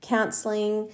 Counseling